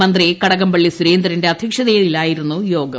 മന്ത്രി കടകംപള്ളി സുരേന്ദ്രന്റെ അധ്യക്ഷതയിലായിരുന്നു യോഗം